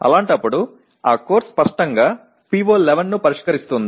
அவ்வாறான நிலையில் அந்த பாடநெறி PO 11 ஐ உரையாற்றும்